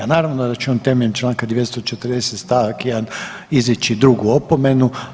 Naravno da će on temeljem članka 240. stavak 1. izreći drugu opomenu.